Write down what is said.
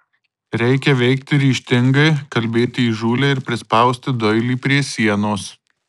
reikia veikti ryžtingai kalbėti įžūliai ir prispausti doilį prie sienos